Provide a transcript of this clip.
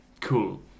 Cool